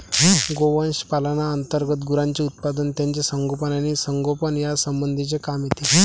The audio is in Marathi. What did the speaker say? गोवंश पालना अंतर्गत गुरांचे उत्पादन, त्यांचे संगोपन आणि संगोपन यासंबंधीचे काम येते